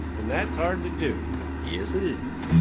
and that's hard to do yes, it is.